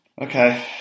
Okay